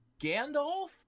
Gandalf